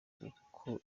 kuko